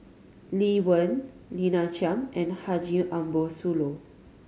Lee Wen Lina Chiam and Haji Ambo Sooloh